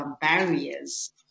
barriers